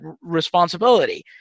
responsibility